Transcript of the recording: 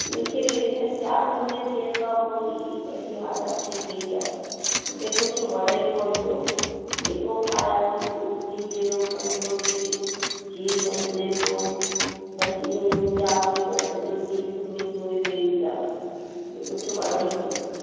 मूंखे हिन चारि पंज ॾींहनि खां पोइ ई अहिड़ी हालतु थी पई आहे मूंखे कुझु वणे ई कोन्ह पियो जेको खाया थी उल्टी जहिड़ो मन थो थिए जी मचले थो बसि ईअं चाह की बसि सॼो ॾींहुं सुम्ही सुम्ही पई हुजा मूंखे कुझु वणे ई कोन्ह पियो